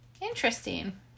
Interesting